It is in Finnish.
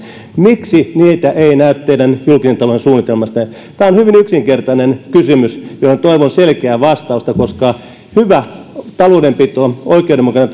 miksi niitä ei näy teidän julkisen talouden suunnitelmassanne tämä on hyvin yksinkertainen kysymys johon toivon selkeää vastausta koska hyvä taloudenpito oikeudenmukainen